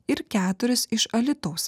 ir keturis iš alytaus